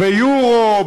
ביורו?